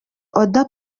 oda